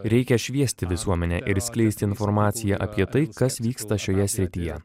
reikia šviesti visuomenę ir skleisti informaciją apie tai kas vyksta šioje srityje